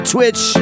Twitch